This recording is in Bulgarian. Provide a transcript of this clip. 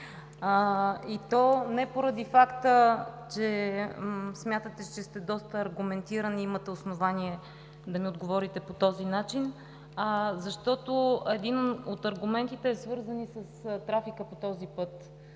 И то не поради факта, че смятате, че сте доста аргументиран и имате основание да ми отговорите по този начин, а защото един от аргументите е свързан с трафика по този път.